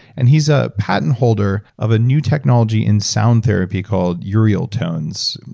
and he's a patent holder of a new technology in sound therapy called urieltones,